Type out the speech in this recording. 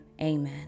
amen